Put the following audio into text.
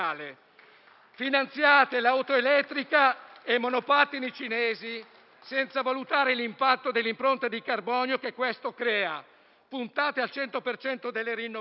Finanziate l'auto elettrica e i monopattini cinesi, senza valutare l'impatto dell'impronta di carbonio che questo crea. Puntate al 100 per cento delle rinnovabili,